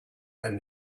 and